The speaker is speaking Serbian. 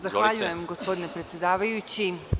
Zahvaljujem gospodine predsedavajući.